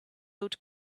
oat